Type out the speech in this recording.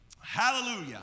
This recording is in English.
Hallelujah